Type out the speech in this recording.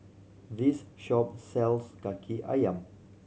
this shop sells Kaki Ayam